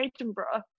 Edinburgh